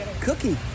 Cookie